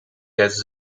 tijdens